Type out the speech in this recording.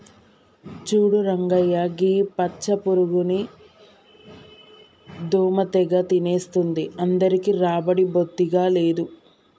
చూడు రంగయ్య గీ పచ్చ పురుగుని దోమ తెగ తినేస్తుంది అందరికీ రాబడి బొత్తిగా లేదు